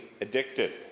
addicted